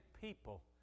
people